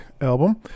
album